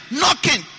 knocking